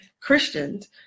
Christians